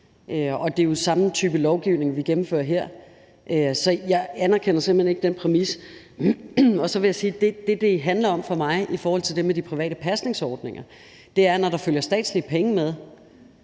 det er jo den samme type lovgivning, vi gennemfører her. Så jeg anerkender simpelt hen ikke den præmis. Så vil jeg sige, at i forhold til det med de private pasningsordninger mener jeg, at der, når der følger statslige penge med,